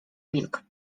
wilk